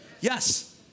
Yes